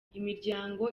imiryango